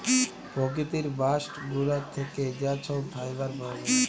পকিতির বাস্ট গুলা থ্যাকে যা ছব ফাইবার পাউয়া যায়